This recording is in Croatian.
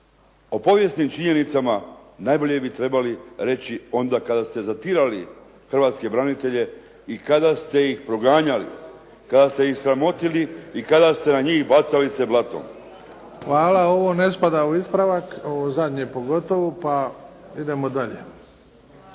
O povijesnim činjenicama najbolje bi trebali reći onda kada ste zatirali hrvatske branitelje i kada ste ih proganjali, kada ste ih sramotili i kada ste na njih bacali se blatom. **Bebić, Luka (HDZ)** Hvala. Ovo ne spada u ispravak, ovo zadnje pogotovo, pa idemo dalje. Imamo